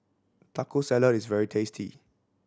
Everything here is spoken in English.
Taco Salad is very tasty